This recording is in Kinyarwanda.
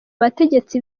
bategetsi